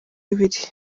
ibiri